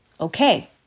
Okay